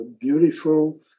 beautiful